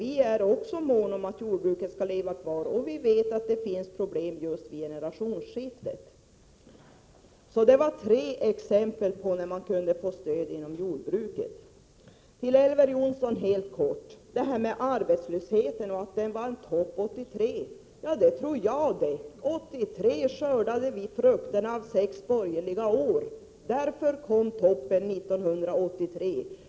Vi socialdemokrater är också måna om att jordbruket kan leva kvar, och vi vet att det finns sådana här problem. Det var tre exempel på stöd till jordbruket. Helt kort till Elver Jonsson som sade att arbetslösheten var högst år 1983. Det tror jag det: 1983 skördade vi frukterna av sex borgerliga år. Därför kom alltså toppen 1983.